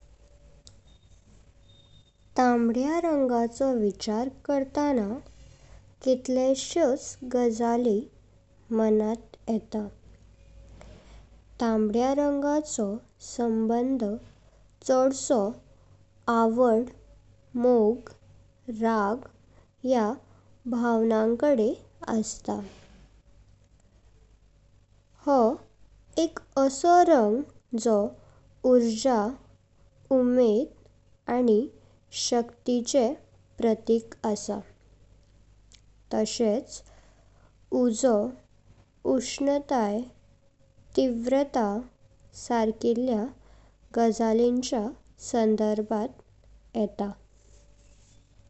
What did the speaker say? तांबड्या रंगाचो विचार करताना कितल्याशोच गजाली मनात येता। तांबड्या रंगाचो संबंधच च्दसो आवड, मोग, राग ह्या भावनाकडेन असता। हो एक असो रंग जो ऊर्जा, उमेद, आनी शक्तिचे प्रतीक आसा। तशेत उजो, उष्णताई, तिव्रता सारकिल्या गजालिनचा संदर्भात येता।